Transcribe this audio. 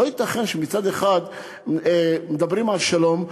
לא ייתכן שמצד אחד מדברים על שלום,